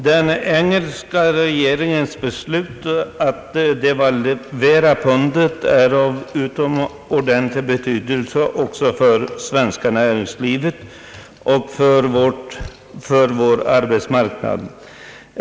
Herr talman! Den engelska regeringens beslut att devalvera pundet är av utomordentlig betydelse också för det svenska näringslivet och för vår arbetsmarknad.